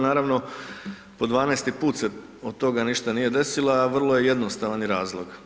Naravno, po 12. put se od toga ništa nije desilo, a vrlo je jednostavan i razlog.